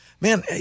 Man